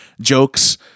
jokes